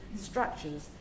structures